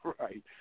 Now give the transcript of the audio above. Right